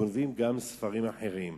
גונבים גם ספרים אחרים,